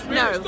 no